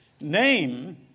Name